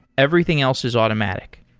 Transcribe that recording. everything else is automatic,